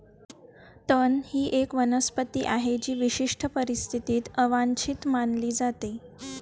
तण ही एक वनस्पती आहे जी विशिष्ट परिस्थितीत अवांछित मानली जाते